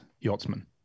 yachtsman